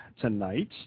tonight